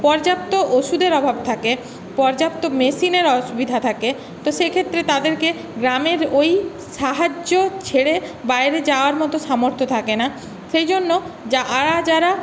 পর্যাপ্ত ওষুধের অভাব থাকে পর্যাপ্ত মেশিনের অসুবিধা থাকে তো সে ক্ষেত্রে তাদেরকে গ্রামের ওই সাহায্য ছেড়ে বাইরে যাওয়ার মতো সামর্থ্য থাকে না সেই জন্য আয়া যারা